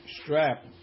strap